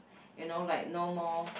you know like no more